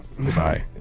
Goodbye